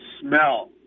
smell